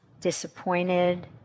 disappointed